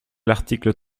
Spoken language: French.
l’article